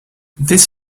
this